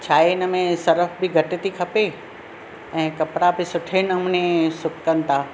छा आहे हिन में सर्फ बि घटि थी खपे ऐं कपिड़ा बि सुठे नमूने सुकनि था